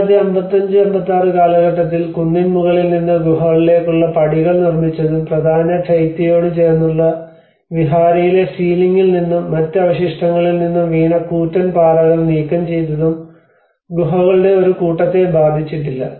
1955 56 കാലഘട്ടത്തിൽ കുന്നിൻ മുകളിൽ നിന്ന് ഗുഹകളിലേക്കുള്ള പടികൾ നിർമിച്ചതും പ്രധാന ചൈത്യയോട് ചേർന്നുള്ള വിഹാരയിലെ സീലിംഗിൽ നിന്നും മറ്റ് അവശിഷ്ടങ്ങളിൽ നിന്നും വീണ കൂറ്റൻ പാറകൾ നീക്കം ചെയ്തതും ഗുഹകളുടെ ഒരു കൂട്ടത്തെ ബാധിച്ചിട്ടില്ല